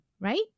right